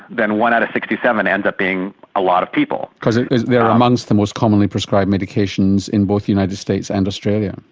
then one out of sixty seven ends up being a lot of people. because they are amongst the most commonly prescribed medications in both the united states and australia.